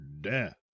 death